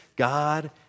God